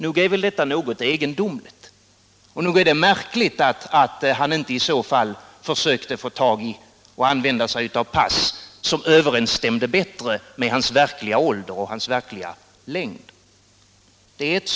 Nog är väl detta något egendomligt, och nog är det märkligt att han inte i så fall försökte få tag i och använde pass som överensstämde med hans verkliga ålder och längd.